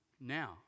now